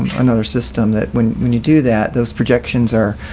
another system that when when you do that those projections are